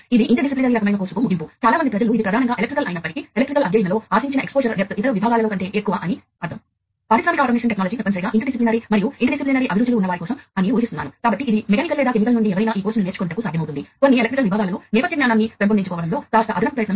ఈ విధమైన నెట్వర్క్ ఎలా ప్రతిపాదించబడిందో దాని ప్రమాణం ఎలా ప్రతిపాదించబడిందో మరియు ఫ్యాక్టరీ వ్యాప్త నియంత్రణ వ్యవస్థ కోసం ఇది ఎలాంటి కార్యాచరణమరియు ప్రయోజనాలను తెస్తుందో చూద్దాం